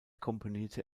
komponierte